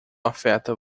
afeta